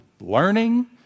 learning